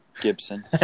Gibson